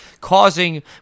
causing